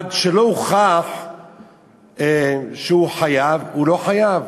עד שלא הוכח שהוא חייב, הוא לא חייב.